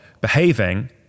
behaving